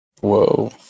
Whoa